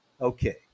okay